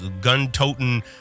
gun-toting